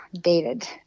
dated